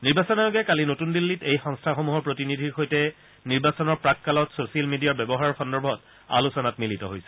নিৰ্বাচন আয়োগে কালি নতুন দিল্লীত এই সংস্থাসমূহৰ প্ৰতিনিধিৰ সৈতে নিৰ্বাচনৰ প্ৰাককালত ছচিয়েল মিডিয়াৰ ব্যৱহাৰৰ সন্দৰ্ভত আলোচনাত মিলিত হৈছিল